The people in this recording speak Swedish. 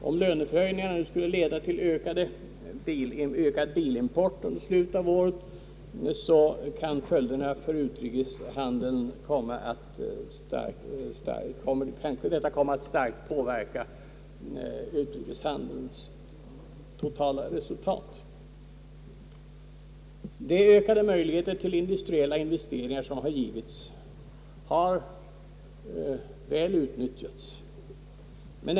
Om löneförhöjningarna skulle leda till ökad bilimport i slutet av året kan detta starkt påverka utrikeshandelns totala resultat. De ökade möjligheter till industriella investeringar som givits har utnyttjats väl.